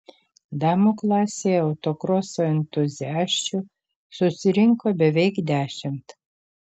damų klasėje autokroso entuziasčių susirinko beveik dešimt